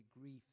grief